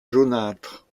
jaunâtres